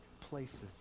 places